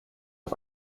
auf